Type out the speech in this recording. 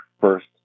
first